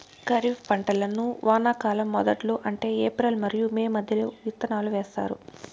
ఖరీఫ్ పంటలను వానాకాలం మొదట్లో అంటే ఏప్రిల్ మరియు మే మధ్యలో విత్తనాలు వేస్తారు